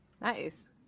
Nice